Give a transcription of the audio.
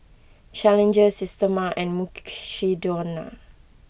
Challenger Systema and Mukshidonna